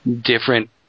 different